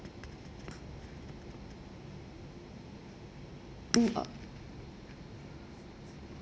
hmm uh